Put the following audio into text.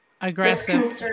Aggressive